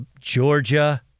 Georgia